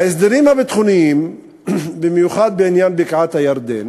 ההסדרים הביטחוניים, במיוחד בעניין בקעת-הירדן